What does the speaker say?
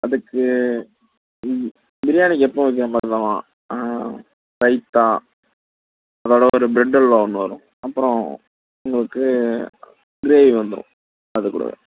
அதுக்கு ம் பிரியாணிக்கு எப்பவும் வைக்கிறமாதிரிதாம்மா ரைத்தா அதோடு ஒரு ப்ரெட் அல்வா ஒன்று வரும் அப்புறம் உங்களுக்கு க்ரேவி வந்துடும் அதுக்கூடவே